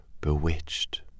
bewitched